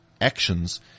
actions